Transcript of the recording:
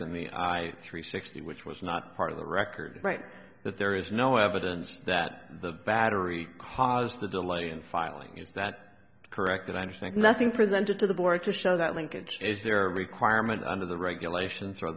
the i three sixty which was not part of the record right that there is no evidence that the battery caused the delay in filing is that correct that i understand nothing presented to the board to show that linkage is there a requirement under the regulations or